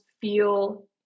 feel